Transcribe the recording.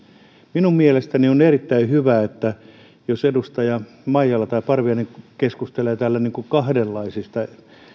minun mielestäni on erittäin hyvä jos edustaja maijala tai parviainen keskustelee täällä kahdenlaisista